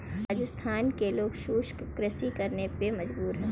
राजस्थान के लोग शुष्क कृषि करने पे मजबूर हैं